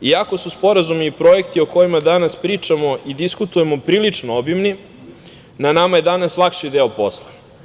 Iako su sporazumi i projekti o kojima danas pričamo i diskutujemo prilično obimni, na nama je danas lakši deo posla.